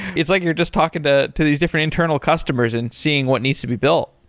it's like you're just talking to to these different internal customers and seeing what needs to be built